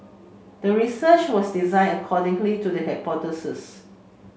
the research was designed accordingly to the hypothesis